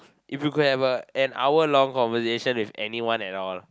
if you could have a an hour long conversation with anyone at all